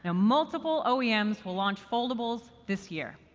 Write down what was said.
ah multiple oems will launch foldables this year,